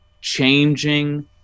changing